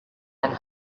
and